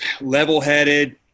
level-headed